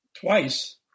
twice